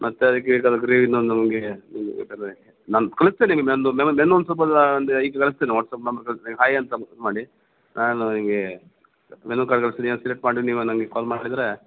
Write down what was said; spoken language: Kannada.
ಮತ್ತು ಅದಕ್ಕೆ ಈ ಥರ ಗ್ರೇವಿನೂ ನಮಗೆ ನಿಮಗೆ ಬೇಕಾದರೆ ನಾನು ಕಳಿಸ್ತೇನೆ ನಿಮ್ಮೆಂದು ಮೆನು ಮೆನು ಒಂದು ಸ್ವಲ್ಪ ಅಂದರೆ ಈಗ ಕಳಿಸ್ತೇನೆ ವಾಟ್ಸಾಪ್ ನಂಬರ್ ಕಳಿಸಿ ಹಾಯ್ ಅಂತ ಮೆಸೇಜ್ ಮಾಡಿ ನನಗೆ ಮೆನು ಕಾರ್ಡ್ ಕಳಿಸ್ತೀನಿ ಸೆಲೆಕ್ಟ್ ಮಾಡಿರಿ ನೀವು ನನಗೆ ಕಾಲ್ ಮಾಡಿದರೆ